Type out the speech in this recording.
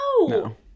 No